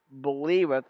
believeth